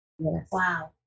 Wow